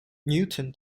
newton